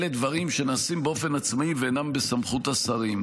אלה דברים שנעשים באופן עצמאי ואינם בסמכות השרים,